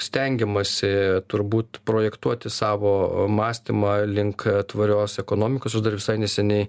stengiamasi turbūt projektuoti savo mąstymą link tvarios ekonomikos aš dar visai neseniai